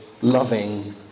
loving